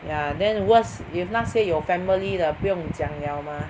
ya then just if 那些有 family 的不用讲 liao mah